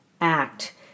Act